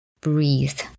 breathe